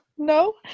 no